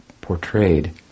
portrayed